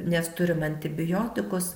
nes turime antibiotikus